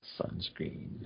Sunscreen